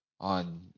on